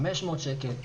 500 שקל,